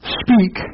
speak